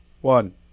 one